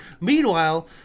Meanwhile